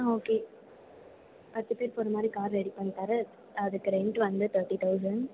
ஆ okay பத்து பேரு போகிறமாரி கார் ரெடி பண்ணித்தரேன் அதுக்கு ரெண்ட் வந்து தர்ட்டி தௌசண்ட்